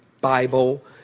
Bible